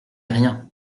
rien